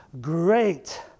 great